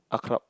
art club